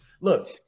Look